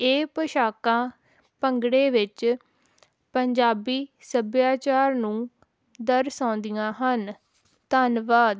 ਇਹ ਪੋਸ਼ਾਕਾਂ ਭੰਗੜੇ ਵਿੱਚ ਪੰਜਾਬੀ ਸੱਭਿਆਚਾਰ ਨੂੰ ਦਰਸਾਉਂਦੀਆਂ ਹਨ ਧੰਨਵਾਦ